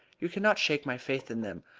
you cannot shake my faith in them.